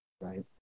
right